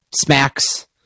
smacks